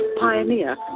pioneer